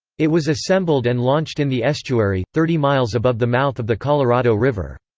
it was assembled and launched in the estuary, thirty miles above the mouth of the colorado river.